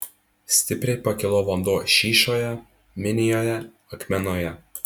stipriai pakilo vanduo šyšoje minijoje akmenoje